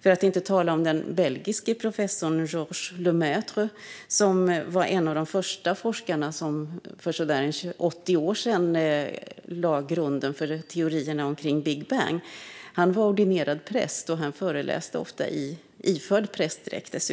För att inte tala om den belgiske professorn Georges Lemaître, som var en av de första forskare som för så där 80 år sedan lade grunden för teorierna om Big Bang. Han var ordinerad präst och föreläste ofta iförd prästdräkt.